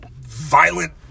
violent